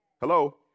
Hello